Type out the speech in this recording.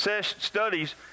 studies